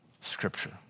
Scripture